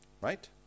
right